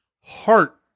heart